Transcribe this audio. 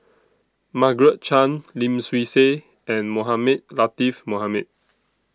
Margaret Chan Lim Swee Say and Mohamed Latiff Mohamed